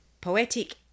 Poetic